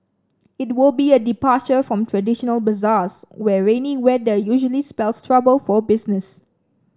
it will be a departure from traditional bazaars where rainy weather usually spells trouble for business